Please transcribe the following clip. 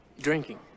Drinking